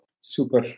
Super